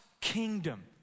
kingdom